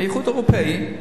האיחוד האירופי.